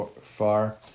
far